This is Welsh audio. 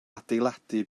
adeiladu